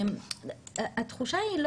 התחושה היא,